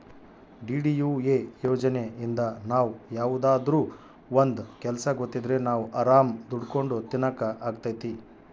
DDUA ಯೋಜನೆಇಂದ ನಾವ್ ಯಾವ್ದಾದ್ರೂ ಒಂದ್ ಕೆಲ್ಸ ಗೊತ್ತಿದ್ರೆ ನಾವ್ ಆರಾಮ್ ದುಡ್ಕೊಂಡು ತಿನಕ್ ಅಗ್ತೈತಿ